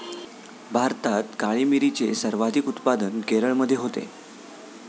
भारतात काळी मिरीचे सर्वाधिक उत्पादन केरळमध्ये होते